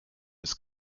his